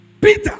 Peter